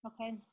Okay